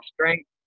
strength